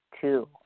two